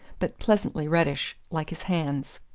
but pleasantly reddish, like his hands.